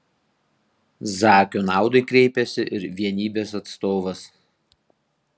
zakio naudai kreipėsi ir vienybės atstovas